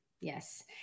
Yes